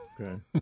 Okay